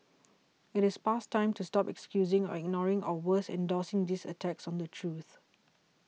it is past time to stop excusing or ignoring or worse endorsing these attacks on the truth